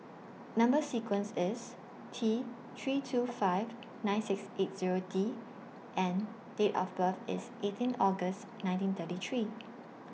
Number sequence IS T three two five nine six eight Zero D and Date of birth IS eighteen August nineteen thirty three